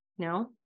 No